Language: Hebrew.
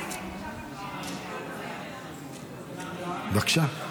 עשר דקות, בבקשה,